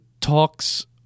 talks